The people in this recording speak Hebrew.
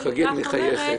חגית מחייכת.